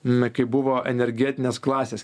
na kaip buvo energetinės klasės